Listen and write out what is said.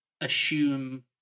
assume